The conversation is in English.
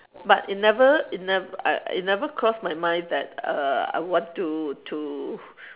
but it never it nev~ I it never cross my mind that err I want to to